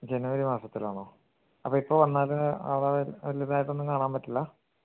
ജനുവരി മാസത്തിലാണോ അപ്പം ഇപ്പം വന്നെങ്കിൽ അവിടെ വലുതായിട്ടൊന്നും കാണാൻ പറ്റില്ല